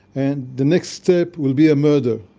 and the next step will be a murder,